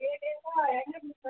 केह् केह् भाऽ ऐ